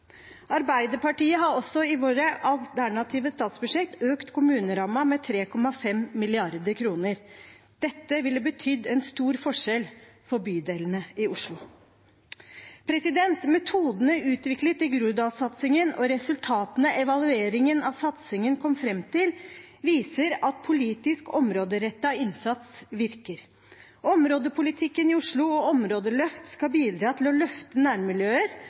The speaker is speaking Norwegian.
Arbeiderpartiet har i vårt alternative statsbudsjett økt kommunerammen med 3,5 mrd. kr. Dette ville betydd en stor forskjell for bydelene i Oslo. Metodene utviklet i Groruddalssatsingen og resultatene evalueringen av satsingen kom fram til, viser at politisk områderettet innsats virker. Områdepolitikken i Oslo og områdeløft skal bidra til å løfte nærmiljøer